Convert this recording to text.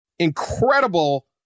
incredible